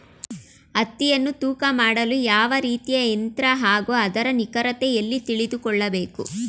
ಹತ್ತಿಯನ್ನು ತೂಕ ಮಾಡಲು ಯಾವ ರೀತಿಯ ಯಂತ್ರ ಹಾಗೂ ಅದರ ನಿಖರತೆ ಎಲ್ಲಿ ತಿಳಿದುಕೊಳ್ಳಬೇಕು?